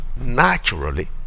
Naturally